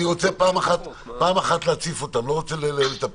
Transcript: אני רוצה פעם אחת להציף אותם, לא רוצה לטפל.